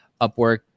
Upwork